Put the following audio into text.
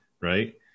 Right